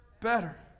Better